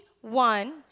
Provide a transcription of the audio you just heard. one